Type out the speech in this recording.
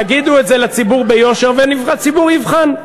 תגידו את זה לציבור ביושר, והציבור יבחן.